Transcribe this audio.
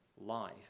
life